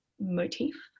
motif